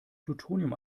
plutonium